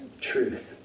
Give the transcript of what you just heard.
truth